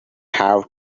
have